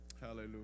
Hallelujah